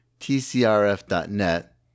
tcrf.net